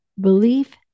belief